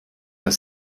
das